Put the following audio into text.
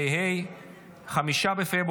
התשפ"ה 2024,